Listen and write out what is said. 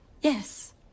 Yes